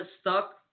stuck